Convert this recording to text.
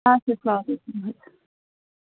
أچھٚا سَلام عَلیکُم حظ